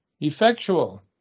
effectual